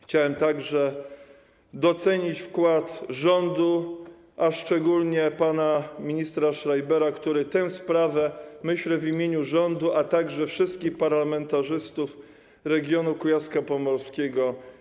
Chciałem także docenić wkład rządu, a szczególnie pana ministra Schreibera, który pilnował tej sprawy, myślę, w imieniu rządu, a także wszystkich parlamentarzystów regionu kujawsko-pomorskiego.